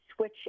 switch